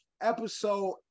episode